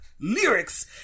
lyrics